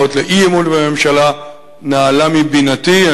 מדוע הוא דווקא צריך להיות חלק של הצעות אי-אמון בממשלה נעלה מבינתי.